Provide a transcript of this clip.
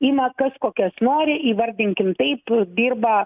ima kas kokias nori įvardinkim taip dirba